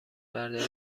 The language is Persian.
برداری